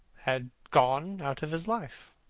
had gone out of his life.